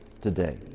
today